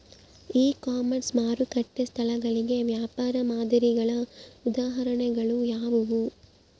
E commerce ಮಾರುಕಟ್ಟೆ ಸ್ಥಳಗಳಿಗೆ ವ್ಯಾಪಾರ ಮಾದರಿಗಳ ಉದಾಹರಣೆಗಳು ಯಾವುವು?